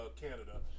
Canada